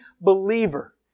believer